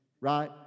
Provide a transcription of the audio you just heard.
right